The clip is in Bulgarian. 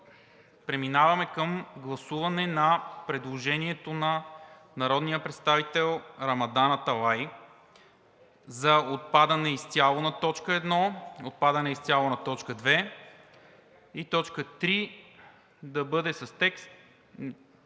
преминаваме към гласуване на предложението на народния представител Рамадан Аталай за отпадане изцяло на т. 1, отпадане изцяло на т. 2, а т. 3 да бъде с текст,